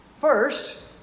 First